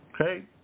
Okay